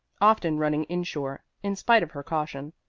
often running in shore in spite of her caution,